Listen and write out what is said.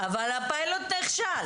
אבל הפיילוט נכשל.